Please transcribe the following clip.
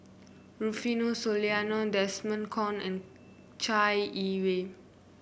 Rufino Soliano Desmond Kon and Chai Yee Wei